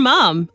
Mom